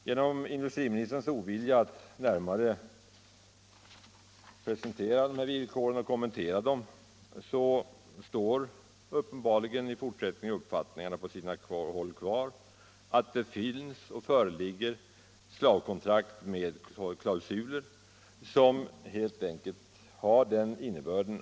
Genom industriministerns ovilja att närmare presentera dessa villkor och kommentera dem kvarstår uppenbarligen i fortsättningen misstankarna på sina håll att det föreligger slavkontrakt med antimottryckkraftsklausuler.